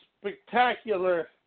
spectacular